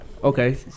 Okay